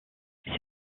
c’est